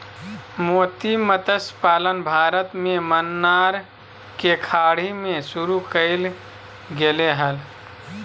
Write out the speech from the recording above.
मोती मतस्य पालन भारत में मन्नार के खाड़ी में शुरु कइल गेले हल